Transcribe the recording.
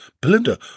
Belinda